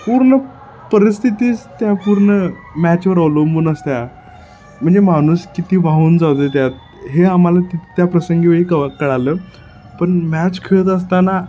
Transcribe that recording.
पूर्ण परिस्थितीच त्या पूर्ण मॅचवर अवलंबून असत्या म्हणजे माणूस किती वाहून जाऊदे त्यात हे आम्हाला तिथं त्या प्रसंगी वेळी केव्हा कळालं पण मॅच खेळत असताना